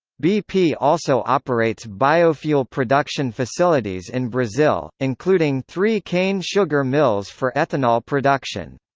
bp also operates biofuel production facilities in brazil, including three cane sugar mills for ethanol production.